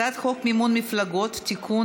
הצעת חוק מימון מפלגות (תיקון,